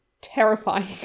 terrifying